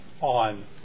on